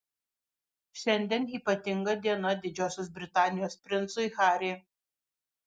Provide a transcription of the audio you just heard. šiandien ypatinga diena didžiosios britanijos princui harry